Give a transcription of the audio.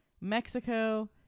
Mexico